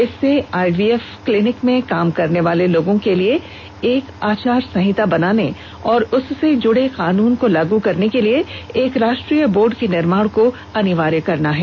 इससे IVF clinic में काम करने वाले लोगों के लिए एक आचार संहिता बनाने और उससे जुड़े कानून को लागू करने के लिए एक राष्ट्रीय बोर्ड के निर्माण को अनिवार्य करना है